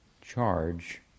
charge